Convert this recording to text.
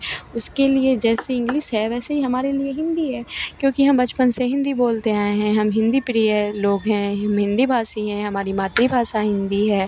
उसके लिए जैसे इंग्लिश है वैसे ही हमारे लिए हिन्दी है क्योंकि हम बचपन से हिन्दी बोलते आए हैं हम हिन्दी प्रिय लोग हैं हिम हिन्दी भाषी हैं हमारी मातृ भाषा हिन्दी है